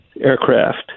aircraft